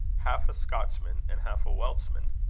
half a scotchman and half a welchman.